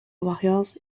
warriors